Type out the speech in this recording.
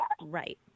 Right